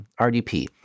RDP